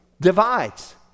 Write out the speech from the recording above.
divides